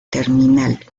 terminal